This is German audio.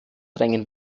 drängen